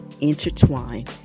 intertwine